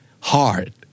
hard